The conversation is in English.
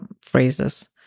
phrases